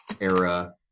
era